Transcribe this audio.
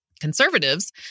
Conservatives